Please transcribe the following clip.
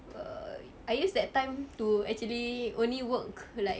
err I use that time to actually only work like